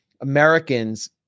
americans